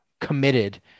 committed